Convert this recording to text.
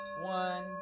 one